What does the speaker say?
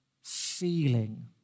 feeling